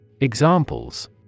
Examples